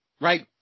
Right